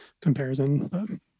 comparison